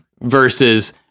versus